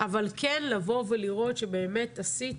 אבל כן לבוא ולראות שעשיתם.